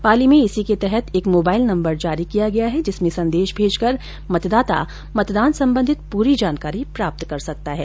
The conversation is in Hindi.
पाली में इसी के तहत एक मोबाईल नम्बर जारी किया गया है जिसमें संदेश भेजकर मतदाता मतदान संबंधित पूरी जानकारी प्राप्त कर सकता है